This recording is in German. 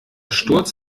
sturz